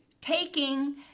taking